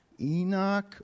Enoch